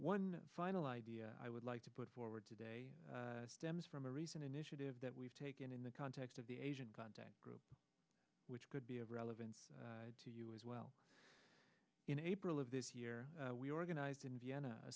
one final idea i would like to put forward today stems from a recent initiative that we've taken in the context of the asian contact group which could be of relevance to you as well in april of this year we organized in vienna a